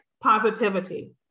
Positivity